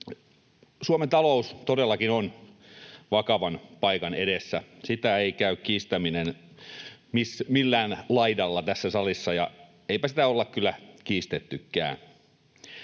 Suomen talous todellakin on vakavan paikan edessä, sitä ei käy kiistäminen millään laidalla tässä salissa, ja eipä sitä olla kyllä kiistettykään.